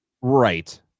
Right